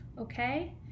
okay